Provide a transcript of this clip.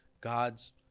god's